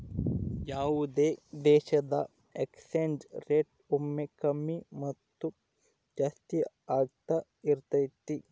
ಯಾವುದೇ ದೇಶದ exchange rate ಒಮ್ಮೆ ಕಮ್ಮಿ ಮತ್ತು ಜಾಸ್ತಿ ಆಗ್ತಾ ಇರತೈತಿ